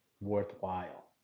worthwhile